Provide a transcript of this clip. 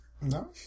No